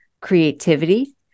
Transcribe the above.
creativity